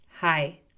Hi